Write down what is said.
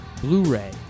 Blu-ray